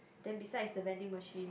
then beside is the vending machine